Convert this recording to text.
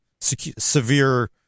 severe